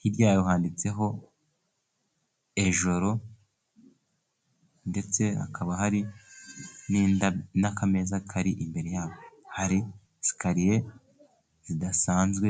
hirya ya yo handitseho Ejoro ndetse hakaba hari n'akameza kari imbere yaho. Hari sikariye zidasanzwe.